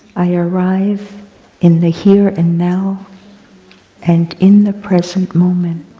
i arrive in the here and now and in the present moment.